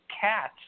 cats